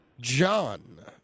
John